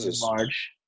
large